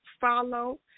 follow